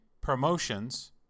promotions